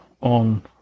on